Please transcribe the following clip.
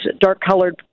dark-colored